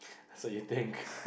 so you think